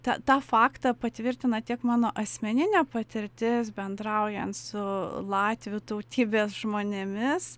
tą tą faktą patvirtina tiek mano asmeninė patirtis bendraujant su latvių tautybės žmonėmis